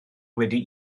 wedi